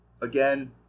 again